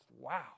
Wow